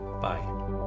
Bye